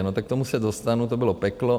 No tak k tomu se dostanu, to bylo peklo.